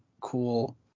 cool